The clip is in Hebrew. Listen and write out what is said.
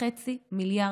וזה מיושם,